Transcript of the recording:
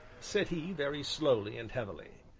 said he, very slowly and heavily,